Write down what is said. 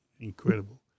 Incredible